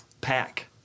Pack